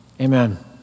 Amen